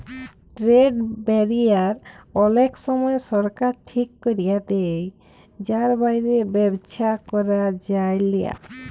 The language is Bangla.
ট্রেড ব্যারিয়ার অলেক সময় সরকার ঠিক ক্যরে দেয় যার বাইরে ব্যবসা ক্যরা যায়লা